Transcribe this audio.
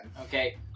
Okay